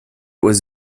was